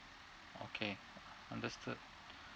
okay understood